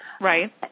Right